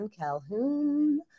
Calhoun